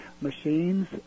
machines